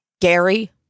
Gary